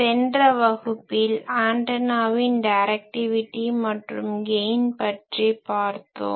சென்ற வகுப்பில் ஆன்டனாவின் டைரக்டிவிட்டி மற்றும் கெய்ன் பற்றி பார்த்தோம்